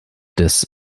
des